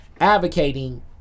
advocating